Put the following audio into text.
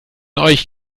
euch